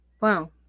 Wow